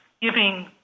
giving